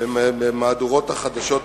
במהדורות החדשות למיניהן,